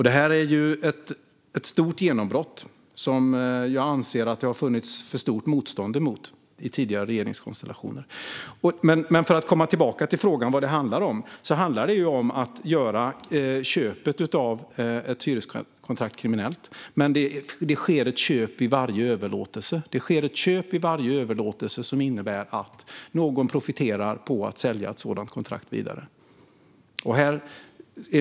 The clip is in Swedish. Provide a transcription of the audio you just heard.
Detta är ett stort genombrott, som det i tidigare regeringskonstellationer har funnits ett alltför stort motstånd mot. Låt mig återgå till vad frågan handlar om, nämligen att göra köpet av ett hyreskontrakt kriminellt. Det sker ett köp vid varje överlåtelse som innebär att någon profiterar på att sälja ett sådant kontrakt vidare.